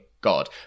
god